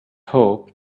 hope